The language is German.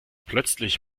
plötzlich